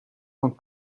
van